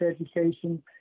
education